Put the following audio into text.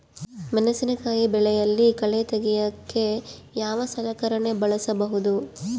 ಮೆಣಸಿನಕಾಯಿ ಬೆಳೆಯಲ್ಲಿ ಕಳೆ ತೆಗಿಯೋಕೆ ಯಾವ ಸಲಕರಣೆ ಬಳಸಬಹುದು?